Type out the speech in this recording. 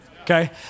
okay